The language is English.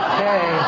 Okay